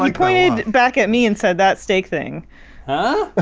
like like and back at me and said that steak thing ah